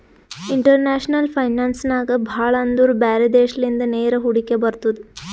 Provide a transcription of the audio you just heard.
international finance ನಾಗ್ ಭಾಳ ಅಂದುರ್ ಬ್ಯಾರೆ ದೇಶಲಿಂದ ನೇರ ಹೂಡಿಕೆ ಬರ್ತುದ್